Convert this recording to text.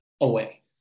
away